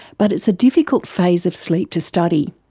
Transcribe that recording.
but it's a difficult phase of sleep to study.